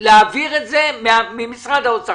להעביר את זה ממשרד האוצר.